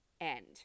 end